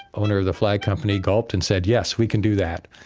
owner of the flag company, gulped and said, yes, we can do that.